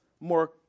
more